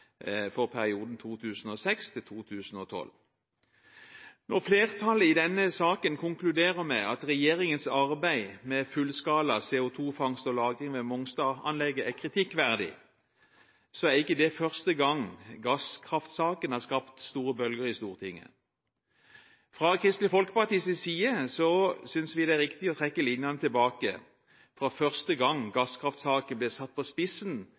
for perioden 2006–2012. Når flertallet i denne saken konkluderer med at regjeringens arbeid med fullskala CO2-fangst og -lagring ved Mongstad-anlegget er kritikkverdig, er ikke det første gang gasskraftsaken har skapt store bølger i Stortinget. Vi fra Kristelig Folkepartis side synes det er riktig å trekke linjene tilbake til første gang gasskraftsaken ble satt på spissen